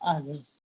हजुर